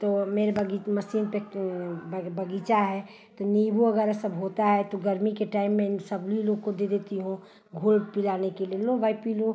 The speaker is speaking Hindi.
तो मेरे बगी मसीन पर बग बगीचा है तो नीम्बू वगैरह सब होता है तो गर्मी के टाइम में इन सभी लोग को दे देती हूँ घोल पिलाने के लिए लो भाई पी लो